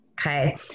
okay